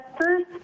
First